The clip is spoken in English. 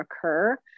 occur